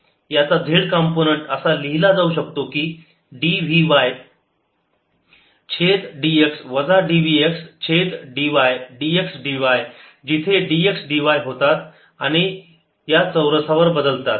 dSzdxdy याचा z component असा लिहिला जाऊ शकतो की dv y छेद dx वजा dv x छेद dy dx dy जिथे dx dy होतात आणि या चौरसावर बदलतात